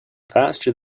faster